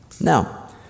Now